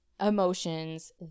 Emotions